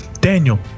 Daniel